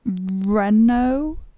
Renault